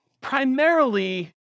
primarily